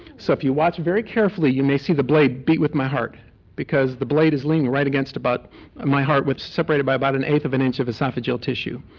so if you watch very carefully you may see the blade beat with my heart because the blade is leaning right against but my heart, separated by about an eight of an inch of oesophageal tissue.